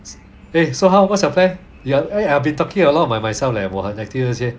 eh so how what's your plan you all eh I I've been talking about a lot of my~ myself leh about my activities 这些